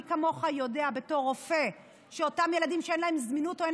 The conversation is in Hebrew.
מי כמוך יודע בתור רופא שאותם ילדים שאין להם זמינות או אין